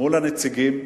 מול הנציגים,